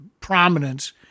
prominence